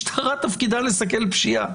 משטרה תפקידה לסכל פשיעה.